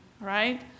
right